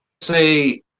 say